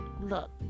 look